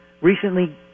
recently